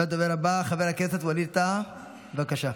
הדובר הבא, חבר הכנסת ווליד טאהא, בבקשה.